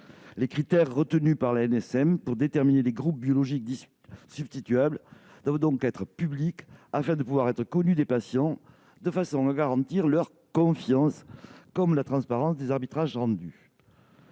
Les critères retenus par l'ANSM pour déterminer les groupes biologiques substituables doivent être publics, afin de pouvoir être connus des patients, de façon à garantir leur confiance comme la transparence des arbitrages rendus.